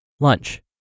Lunch